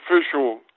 official